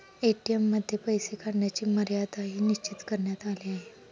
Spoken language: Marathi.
ए.टी.एम मध्ये पैसे काढण्याची मर्यादाही निश्चित करण्यात आली आहे